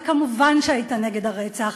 ומובן שהיית נגד הרצח,